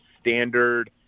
standard